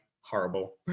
horrible